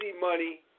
money